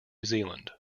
zealand